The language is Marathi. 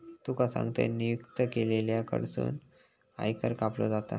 तुका सांगतंय, नियुक्त केलेल्या कडसून आयकर कापलो जाता